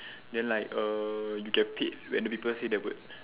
then like err you get paid when the people say that word